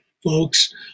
folks